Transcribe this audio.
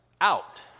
out